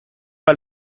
pas